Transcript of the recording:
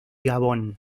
gabón